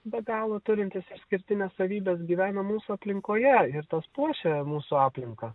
be galo turintis išskirtines savybes gyvena mūsų aplinkoje ir tas puošia mūsų aplinką